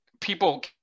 people